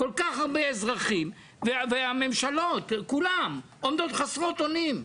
כל כך הרבה אזרחים והממשלות כולן עומדות חסרות אונים.